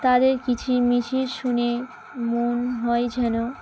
তাদের কিচিরমিচির শুনে মনে হয় যেন